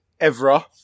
Evra